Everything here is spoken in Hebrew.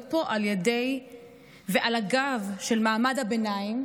פה על ידי ועל הגב של מעמד הביניים,